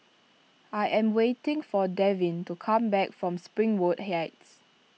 I am waiting for Devin to come back from Springwood Heights